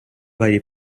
vari